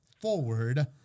forward